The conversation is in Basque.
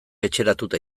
etxeratuta